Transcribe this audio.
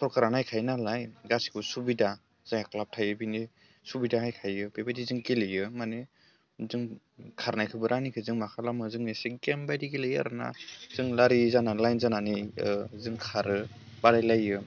सरखारा नायखायो नालाय गासैबो सुबिदा जायहा क्लाब थायो बिनि सुबिदा हैखायो बेबायदि जों गेलेयो माने जों खारनायखोबो रानिंखोबो मा खालामो जों एसे गेम बायदि गेलेयो आरो ना जों लारि जाना लाइन जानानै जों खारो बादायलायो